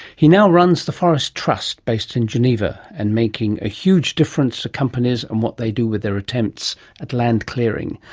he now runs the forest trust based in geneva and making a huge difference to companies and what they do with their attempts at land clearing.